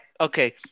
okay